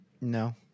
No